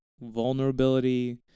vulnerability